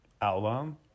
album